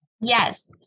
Yes